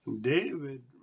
David